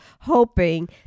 hoping